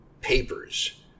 papers